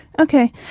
Okay